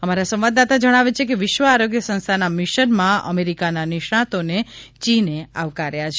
અમારા સંવાદદાતા જણાવે છે કે વિશ્વ આરોગ્ય સંસ્થાના મિશનમાં અમેરિકાના નિષ્ણાતોને ચીને આવકાર્યા છે